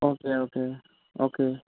okay okay okay